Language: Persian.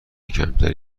کمتری